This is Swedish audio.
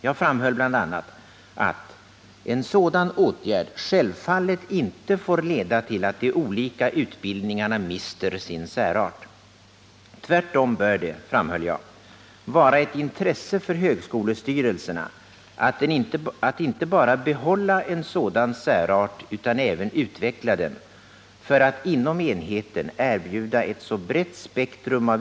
Jag framhöll bl.a. att en sådan åtgärd självfallet inte får leda till att de olika utbildningarna mister sin särart. Tvärtom bör det, framhöll jag, vara ett intresse för högskolestyrelserna att inte bara behålla en sådan särart utan även utveckla den, för att inom enheten erbjuda ett så brett spektrum av